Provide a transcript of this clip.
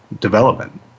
development